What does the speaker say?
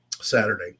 Saturday